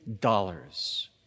dollars